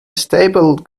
stable